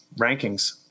rankings